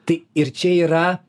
tai ir čia yra